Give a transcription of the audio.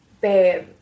Babe